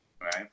Right